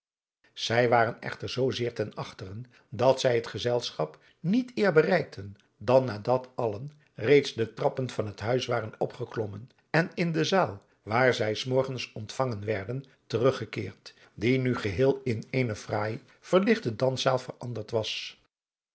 zij waren echter zoo zeer ten achteren dat zij het gezelschap niet eer bereikten dan nadat allen reeds de trappen van het huis waren opgeklommen en in de zaal waar zij s morgens ontvangen werden teruggekeerd die nu geheel in eene fraai verlichte danszaal veranderd was